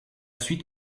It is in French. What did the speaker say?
suite